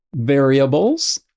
variables